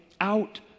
out